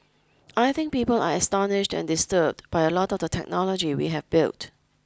I think people are astonished and disturbed by a lot of the technology we have built